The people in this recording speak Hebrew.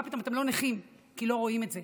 מה פתאום, אתם לא נכים, כי לא רואים את זה.